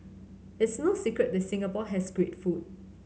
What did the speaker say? it's no secret that Singapore has great food